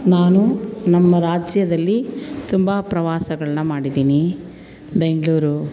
ನಾನು ನಮ್ಮ ರಾಜ್ಯದಲ್ಲಿ ತುಂಬ ಪ್ರವಾಸಗಳನ್ನ ಮಾಡಿದ್ದೀನಿ ಬೆಂಗಳೂರು